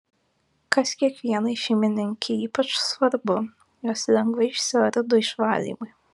kas kiekvienai šeimininkei ypač svarbu jos lengvai išsiardo išvalymui